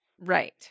Right